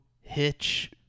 Hitch